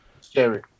Scary